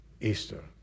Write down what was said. Easter